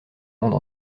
monde